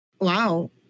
wow